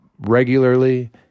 regularly